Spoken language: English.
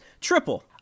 triple